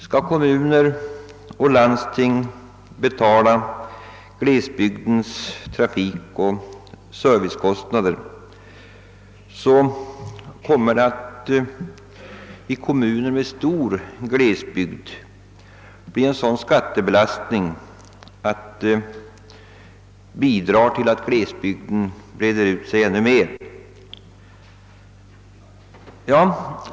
Skall kommuner och landsting betala glesbygdens trafikoch servicekostnader kommer detta att i kommuner med omfattande glesbygd medföra en sådan skattebelastning, att det bidrar till att glesbygden breder ut sig ännu mer.